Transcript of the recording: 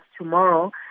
tomorrow